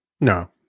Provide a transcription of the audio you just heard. No